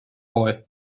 boy